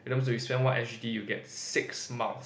that means when you spend one s_g_d you get six miles